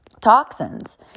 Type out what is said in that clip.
toxins